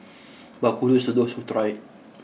but kudos to those who tried